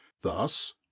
Thus